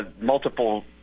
multiple